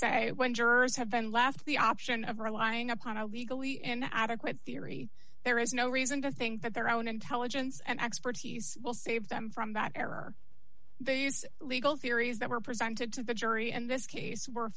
say when jurors have been left the option of relying upon a legally and adequate theory there is no reason to think that their own intelligence and expertise will save them from that error legal theories that were presented to the jury and this case were